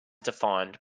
defined